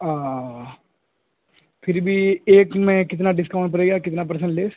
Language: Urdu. اوہ پھر بھی ایک میں کتنا ڈسکاؤن پڑے گا کتنا پرسین لیس